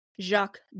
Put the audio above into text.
Jacques